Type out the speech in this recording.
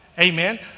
Amen